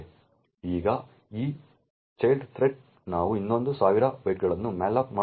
ಈಗ ಈ ಚೈಲ್ಡ್ ಥ್ರೆಡ್ನಲ್ಲಿ ನಾವು ಇನ್ನೊಂದು ಸಾವಿರ ಬೈಟ್ಗಳನ್ನು malloc ಮಾಡುತ್ತೇವೆ